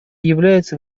является